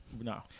no